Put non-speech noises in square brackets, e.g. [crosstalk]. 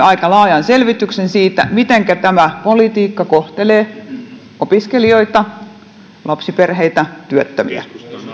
[unintelligible] aika laajan selvityksen siitä mitenkä tämä politiikka kohtelee opiskelijoita lapsiperheitä työttömiä